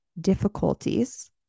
difficulties